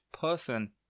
person